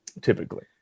typically